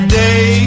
day